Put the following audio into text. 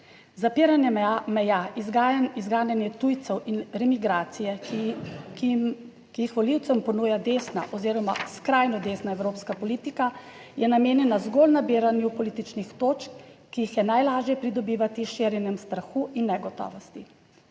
Zapiranje meja, izganjanje tujcev in remigracije, ki jih volivcem ponuja desna oziroma skrajno desna evropska politika, je namenjena zgolj nabiranju političnih točk, ki jih je najlažje pridobivati s širjenjem strahu in negotovosti.